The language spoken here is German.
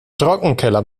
trockenkeller